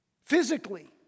Physically